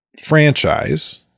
franchise